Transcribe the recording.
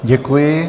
Děkuji.